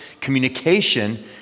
communication